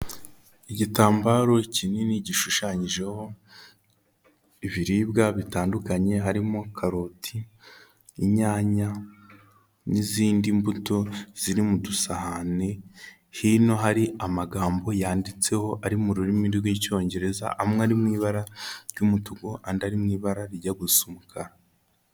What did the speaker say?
Igitambaro kinini gishushanyijeho ibiribwa bitandukanye, harimo karoti, inyanya n'izindi mbuto ziri mu dusahani, hino hari amagambo yanditseho ari mu rurimi rw'lcyongereza, amwe ari mu ibara ry'umutuku, andi ari mu ibara rijya gusa umukara.